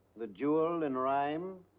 the duel in rhyme,